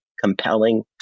compelling